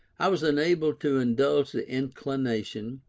i was enabled to indulge the inclination,